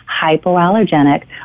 hypoallergenic